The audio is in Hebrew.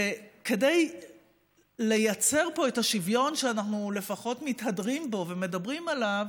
כדי לייצר פה את השוויון שאנחנו לפחות מתהדרים בו ומדברים עליו